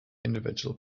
individual